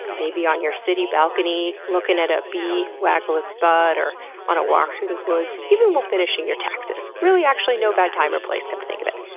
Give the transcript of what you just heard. maybe on your city balcony looking at a bee waggle its butt, or on a walk through the woods, even while finishing your taxes. really, actually, no bad time or place come to think of it.